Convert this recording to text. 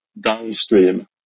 downstream